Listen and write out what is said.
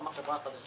גם החברה החדשה